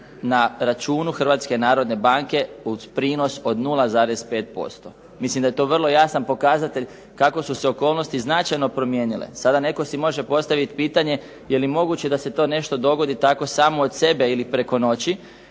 narodne banke uz prinos od 0,5%. Mislim da je to vrlo jasan pokazatelj kako su se okolnosti značajno promijenile. Sada netko si može postaviti pitanje je li moguće da se to nešto dogodi samo od sebe ili preko noći?